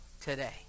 today